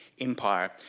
Empire